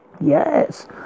Yes